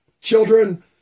children